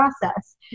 process